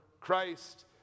Christ